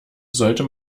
sollte